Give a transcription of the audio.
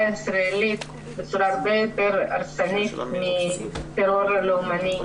הישראלית בצורה הרבה יותר הרסנית מטרור לאומני,